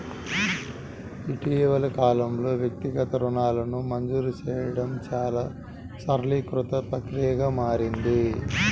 ఇటీవలి కాలంలో, వ్యక్తిగత రుణాలను మంజూరు చేయడం చాలా సరళీకృత ప్రక్రియగా మారింది